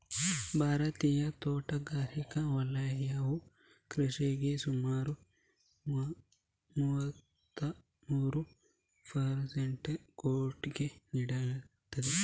ಭಾರತೀಯ ತೋಟಗಾರಿಕಾ ವಲಯವು ಕೃಷಿಗೆ ಸುಮಾರು ಮೂವತ್ತಮೂರು ಪರ್ ಸೆಂಟ್ ಕೊಡುಗೆ ನೀಡುತ್ತದೆ